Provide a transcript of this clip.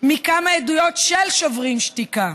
מכמה עדויות של שוברים שתיקה: